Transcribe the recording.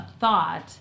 thought